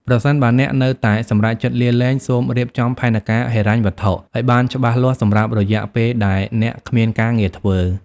ប្រសិនបើអ្នកនៅតែសម្រេចចិត្តលាលែង សូម រៀបចំផែនការហិរញ្ញវត្ថុ ឲ្យបានច្បាស់លាស់សម្រាប់រយៈពេលដែលអ្នកគ្មានការងារធ្វើ។